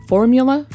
Formula